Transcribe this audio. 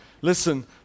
Listen